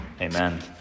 Amen